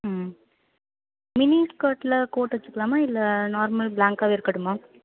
ம் மினி ஸ்கர்ட்டில் கோட் வச்சிக்கலாமா இல்லை நார்மல் பிளாங்க்காகவே இருக்கட்டுமா